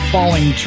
Falling